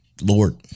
Lord